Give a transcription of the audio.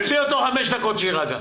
רועי תוציאו אותו לחמש דקות שיירגע.